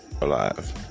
alive